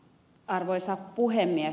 arvoisa puhemies